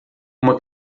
uma